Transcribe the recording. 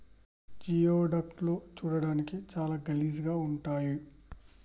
geoduck లు చూడడానికి చాలా గలీజ్ గా ఉంటయ్